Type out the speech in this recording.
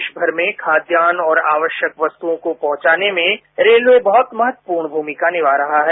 देश भर में खाद्यान्न और आवश्यक वस्तुओं को पहुंचाने में रेलवे बहुत महत्वपूर्ण भूमिका निभा रहा है